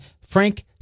Frank